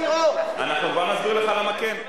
אנחנו כבר נסביר לך למה כן,